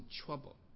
trouble